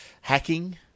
hacking